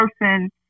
person